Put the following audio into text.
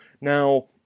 Now